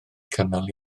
cynnal